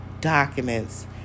documents